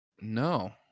no